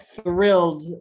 thrilled